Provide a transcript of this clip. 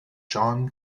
john